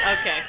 Okay